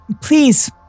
please